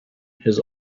his